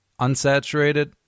unsaturated